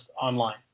online